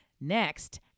Next